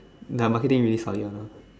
their marketing really solid [one] lah